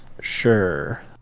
Sure